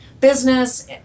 business